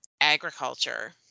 agriculture